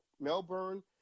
Melbourne